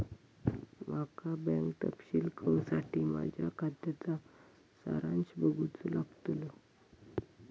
माका बँक तपशील कळूसाठी माझ्या खात्याचा सारांश बघूचो लागतलो